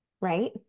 right